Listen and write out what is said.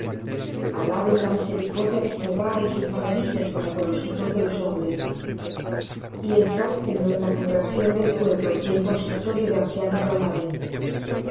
alaben la misericordia de jehová y sus maravillas para con los hijos de los hombres y ensálcenlo en la congregación del pueblo y en consistorio de ancianos lo alaben el vuelve los